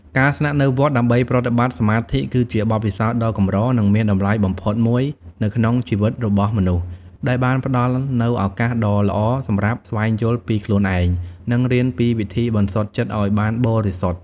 ការស្នាក់នៅវត្តដើម្បីប្រតិបត្តិសមាធិគឺជាបទពិសោធន៍ដ៏កម្រនិងមានតម្លៃបំផុតមួយនៅក្នុងជីវិតរបស់មនុស្ស ដែលបានផ្តល់នូវឱកាសដ៏ល្អសម្រាប់ស្វែងយល់ពីខ្លួនឯង និងរៀនពីវិធីបន្សុទ្ធចិត្តឱ្យបានបរិសុទ្ធ។